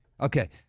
Okay